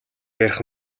ярих